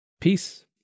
Peace